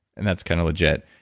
and that's kind of legit.